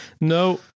No